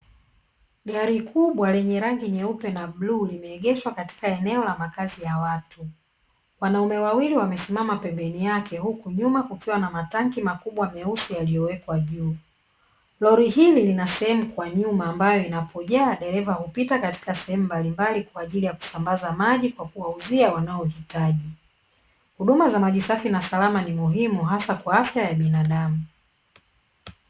Gari kubwa lenye rangi nyeupe na bluu limeegeshwa katika eneo la makazi ya watu, wanaume wawili wamesimama pembeni yake huku nyuma kukiwa na matanki makubwa meusi yaliyowekwa juu, lori hili lina sehemu kwa nyuma ambayo inapojaa dereva hupita katika sehemu mbalimbali kwa ajili ya kusambaza maji kwa kuwauzia wanaohitaji, huduma za maji safi na salama ni muhimu hasa kwa afya ya bindamu.